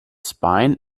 spine